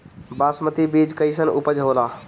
बासमती बीज कईसन उपज होला?